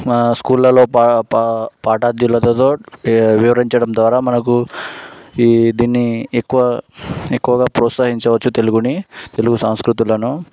మా స్కూళ్ళలో పా పా పాఠాలతో వివరించడం ద్వారా మనకు ఈ దీన్ని ఎక్కువ ఎక్కువగా ప్రోత్సహించవచ్చు తెలుగుని తెలుగు సాంస్కృతులను